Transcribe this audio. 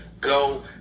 Go